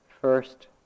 first